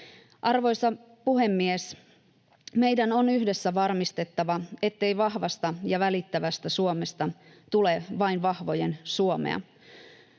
Arvoisa puhemies! Meidän on yhdessä varmistettava, ettei vahvasta ja välittävästä Suomesta tulee vain vahvojen Suomea.